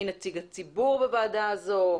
מי נציג הציבור בוועדה הזו,